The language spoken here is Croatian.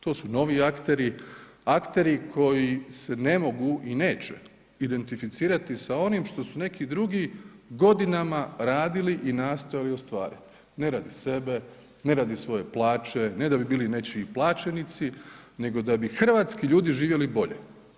To su novi akteri, akteri koji se ne mogu i neće identificirati s onim što su neki drugi godinama radili i nastojali ostvariti, ne radi sebe, ne radi svoje plaće, ne da bi bili nečiji plaćenici nego da bi hrvatski ljudi živjeli bolje.